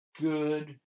Good